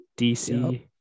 DC